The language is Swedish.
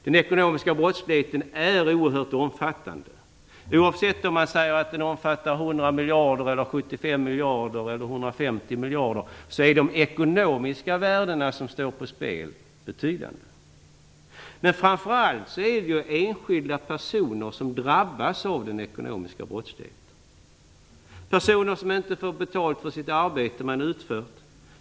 Den ekonomiska brottsligheten är oerhört omfattande. Oavsett om man säger att den omfattar 100 miljarder, 75 miljarder eller 150 miljarder är de ekonomiska värden som står på spel betydande. Framför allt är det enskilda personer som drabbas av den ekonomiska brottsligheten. Det är personer som inte får betalt för det arbete som utförts.